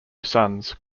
sons